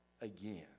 again